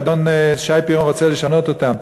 שאדון שי פירון רוצה לשנות אותם,